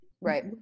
Right